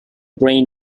brain